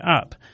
up